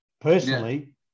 personally